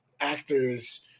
actors